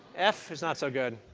f is not so good.